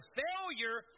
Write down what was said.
failure